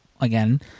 again